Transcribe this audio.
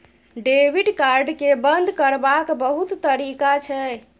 debit card केँ बंद करबाक बहुत तरीका छै